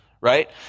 right